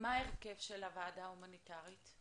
מה ההרכב של הוועדה ההומניטרית?